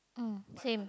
mm same